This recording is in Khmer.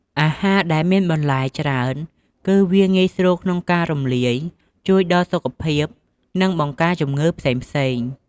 អាហារដែលមានបន្លែច្រើន គឺវាងាយស្រួលក្នុងការរំលាយ ជួយដល់សុខភាព និង បង្ការជំងឺផ្សេងៗ។